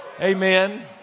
Amen